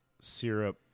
syrup